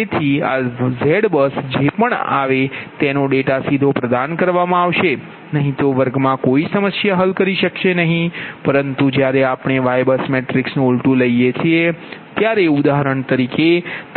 તેથી આ ZBUSજે પણ આવે તેનો ડેટા સીધો પ્રદાન કરવામાં આવશે નહીં તો વર્ગમાં કોઈ સમસ્યા હલ કરી શકશે નહી પરંતુ જ્યારે આપણે YBUS મેટ્રિક્સ નુ ઉલટૂ લઈએ છે એ ત્યારે ઉદાહરણ તરીકે